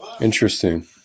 Interesting